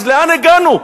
אז לאן הגענו?